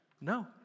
no